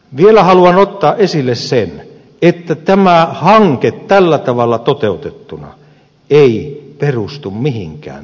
vielä haluan ottaa esille sen että tämä hanke tällä tavalla toteutettuna ei perustu mihinkään tutkimukseen